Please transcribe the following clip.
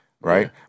Right